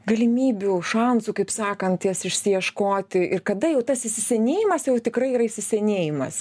galimybių šansų kaip sakant jas išsiieškoti ir kada jau tas įsisenėjimas jau tikrai yra įsisenėjimas